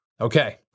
Okay